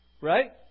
Right